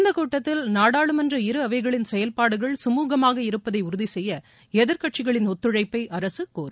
இந்த கூட்டத்தில் நாடாளுமன்ற இரு அவைகளின் செயல்பாடுகள் கமூகமாக இருப்பதை உறுதி செய்ய எதிர்க்கட்சிகளின் ஒத்துழைப்பை அரசு கோரும்